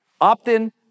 Opt-in